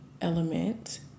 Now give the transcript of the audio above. element